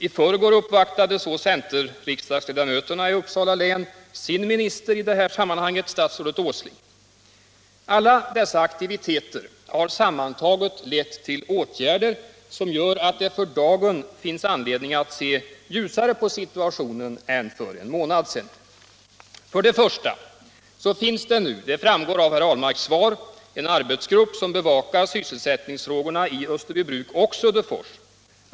I förrgår uppvaktade också centerriksdagsledamöterna från Uppsala län sin minister i det här sammanhanget, statsrådet Åsling. Alla dessa aktiviteter har sammantaget lett till åtgärder som gör att det för dagen finns anledning att se ljusare på situationen än för en månad sedan. För det första finns nu — som framgår av herr Ahlmarks svar — en arbetsgrupp som bevakar sysselsättningsfrågorna i Österbybruk och Söderfors.